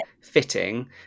fitting